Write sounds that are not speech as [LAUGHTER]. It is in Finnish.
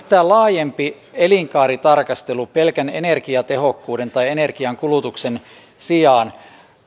[UNINTELLIGIBLE] tämä laajempi elinkaaritarkastelu pelkän energiatehokkuuden tai energiankulutuksen sijaan